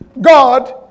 God